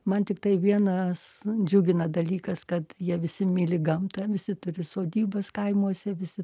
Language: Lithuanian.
man tiktai vienas džiugina dalykas kad jie visi myli gamtą visi turi sodybas kaimuose visi